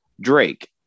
Drake